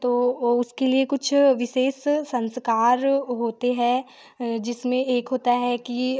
तो वह उसके लिए कुछ विशेष संस्कार होते हैं जिसमें एक होता है कि